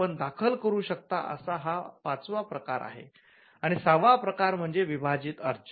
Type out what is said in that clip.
आपण दाखल करू शकता असा हा पाचवा प्रकार आहे आणि सहावा प्रकार म्हणजे विभाजित अर्ज